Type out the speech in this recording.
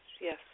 yes